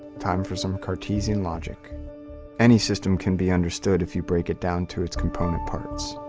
time for some cartesian logic any system can be understood if you break it down to its component parts.